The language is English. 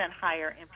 higher